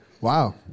Wow